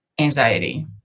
anxiety